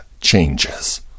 changes